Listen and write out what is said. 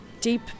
deep